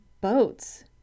boats